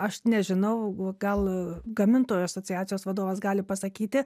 aš nežinau gal gamintojų asociacijos vadovas gali pasakyti